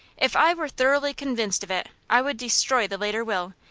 if i were thoroughly convinced of it, i would destroy the later will,